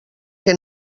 que